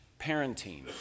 parenting